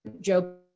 Joe